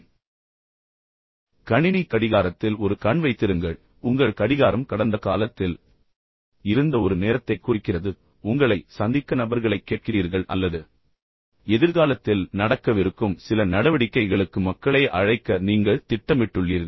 கடைசியாக நான் சொன்னேன் கணினி கடிகாரத்தில் ஒரு கண் வைத்திருங்கள் ஏனெனில் உங்கள் கடிகாரம் கடந்த காலத்தில் இருந்த ஒரு நேரத்தைக் குறிக்கிறது பின்னர உங்களை சந்திக்க நபர்களைக் கேட்கிறீர்கள் அல்லது எதிர்காலத்தில் நடக்கவிருக்கும் சில நடவடிக்கைகளுக்கு மக்களை அழைக்க நீங்கள் திட்டமிட்டுள்ளீர்கள்